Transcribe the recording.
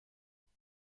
بابا